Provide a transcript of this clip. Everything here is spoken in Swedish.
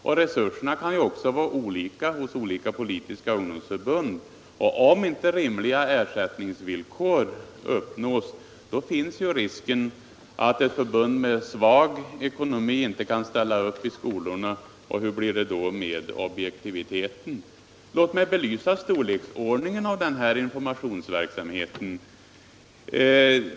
Resurserna kan också vara olika hos olika politiska ungdomsförbund. Om inte rimliga ersättningsvillkor uppnås. finns risken att ett förbund med svag ekonomi inte kan ställa upp i skolorna. Hur blir det då med objektiviteten? Låt mig belysa storleksordningen av denna informationsverksamhet.